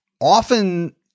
often